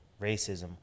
racism